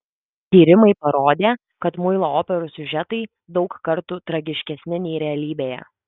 tyrimai parodė kad muilo operų siužetai daug kartų tragiškesni nei realybėje